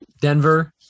Denver